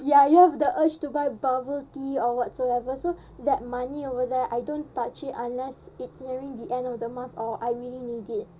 ya you have the urge to buy bubble tea or whatsoever so that money over there I don't touch it unless it's nearing the end of the month or I really need it